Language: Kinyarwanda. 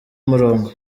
umurongo